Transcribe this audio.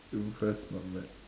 impressed not mad